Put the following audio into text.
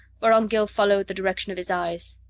vorongil followed the direction of his eyes.